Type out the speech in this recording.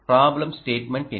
problem statement என்ன